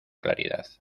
claridad